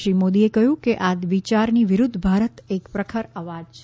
શ્રી મોદીએ કહ્યું કે આ વિચારની વિરુદ્ધ ભારત એક પ્રખર આવાજ છે